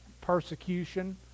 persecution